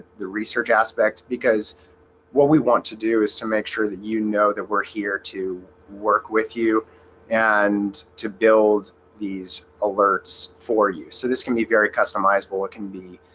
the research aspect because what we want to do is to make sure that you know that we're here to work with you and to build these alerts for you. so this can be very customizable. it can be